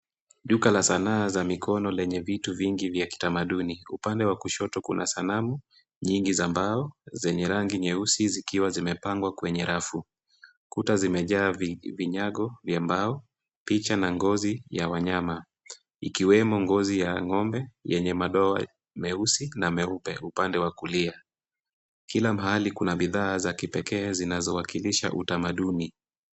Duka la sanaa za mikono lenye vitu vingi vya kitamaduni. Upande wa kushoto kuna sanamu nyingi za mbao, zenye rangi nyeusi, zikiwa zimepangwa kwenye rafu. Kuta zimejaa vinyago vya mbao, picha na ngozi ya wanyama, ikiwemo ngozi ya ng'ombe yenye madoa meusi na meupe upande wa kulia. Kila mahali kuna bidhaa za kipekee zizowakilisha utamaduni.